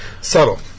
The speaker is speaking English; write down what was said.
Subtle